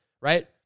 right